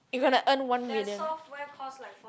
you got to earn one million